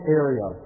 area